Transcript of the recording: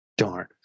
Darn